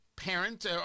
parent